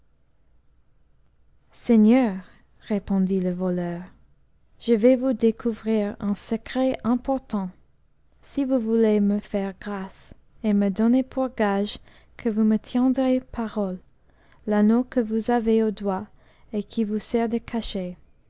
seigneur répondit le voleur je vais vous découvrir un secret important si vous voulez me faire grâce et me donner pour gage que vous me tiendrez parole l'anneau que vous avez au doigt et qui vous sert de cachet